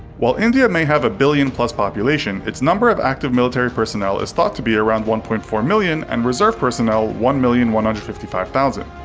while india may have a billion-plus population, it's number of active military personnel is thought to be around one point four million and reserve personnel one million one hundred and fifty five thousand.